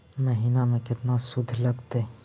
महिना में केतना शुद्ध लगतै?